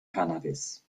cannabis